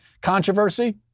controversy